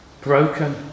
broken